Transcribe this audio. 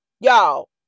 Y'all